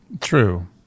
true